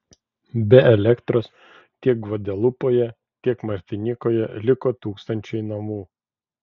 be elektros tiek gvadelupoje tiek martinikoje liko tūkstančiai namų